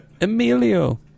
Emilio